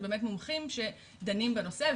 הם באמת מומחים שדנים בנושא,